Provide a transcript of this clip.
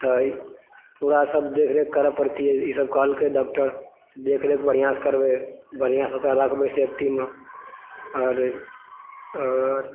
तऽ पूरा सभ देखरेख करय पड़तिये ई सब कहलकै डॉक्टर जे देखरेख बढ़िऑं सऽ करबै बढ़िऑं सऽ ओकरा राखबे सेफ्टी मे आओर आओर